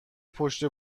پشت